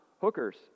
hookers